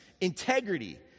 integrity